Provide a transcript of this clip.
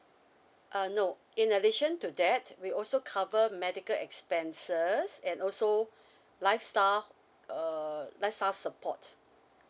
uh no in addition to that we also cover medical expenses and also lifestyle uh lifestyle support